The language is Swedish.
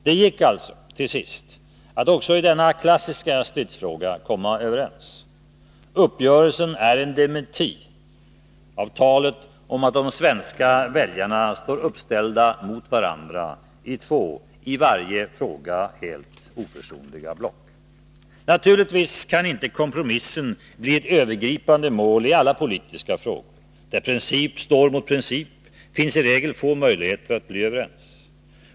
Det gick alltså, till sist, att också i denna klassiska stridsfråga komma överens. Uppgörelsen är en dementi av talet om att de svenska väljarna står uppställda mot varandra i två i varje fråga helt oförsonliga block. Naturligtvis kan inte kompromissen bli ett övergripande mål i alla politiska frågor. Där princip står mot princip finns i regel få möjligheter att bli överens.